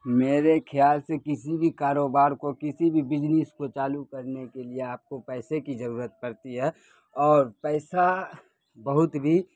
میرے خیال سے کسی بھی کاروبار کو کسی بھی بجنس کو چالو کرنے کے لیے آپ کو پیسے کی ضرورت پڑتی ہے اور پیسہ بہت بھی